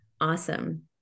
Awesome